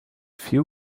few